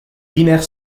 binaire